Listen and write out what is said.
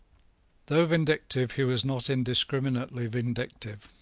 though vindictive, he was not indiscriminately vindictive.